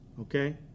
Okay